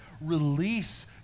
release